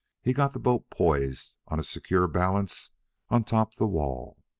he got the boat poised on a secure balance on top the wall.